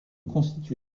constitue